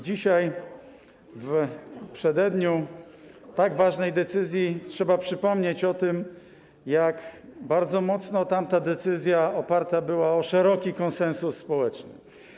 Dzisiaj, w przededniu tak ważnej decyzji, trzeba przypomnieć o tym, jak bardzo mocno tamta decyzja oparta była na szerokim konsensusie społecznym.